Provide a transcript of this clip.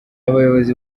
abayobozi